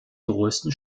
größten